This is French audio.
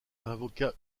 invoqua